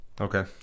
Okay